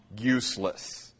useless